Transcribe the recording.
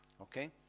Okay